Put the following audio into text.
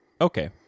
Okay